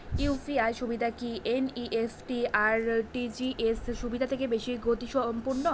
UPI সুবিধা কি NEFT আর আর.টি.জি.এস সুবিধা থেকে বেশি গতিসম্পন্ন?